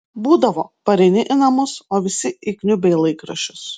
būdavo pareini į namus o visi įkniubę į laikraščius